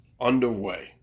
underway